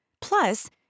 Plus